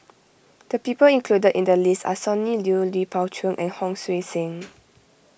the people included in the list are Sonny Liew Lui Pao Chuen and Hon Sui Sen